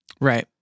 Right